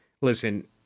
listen